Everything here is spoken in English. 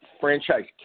franchise